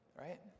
right